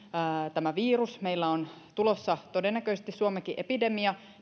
tämä virus ja meille suomeenkin on tulossa todennäköisesti epidemia